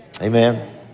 Amen